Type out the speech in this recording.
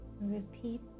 Repeat